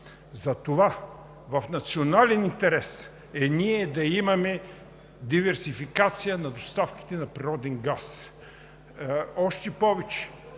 Затова в национален интерес е ние да имаме диверсификация на доставките на природен газ. Още повече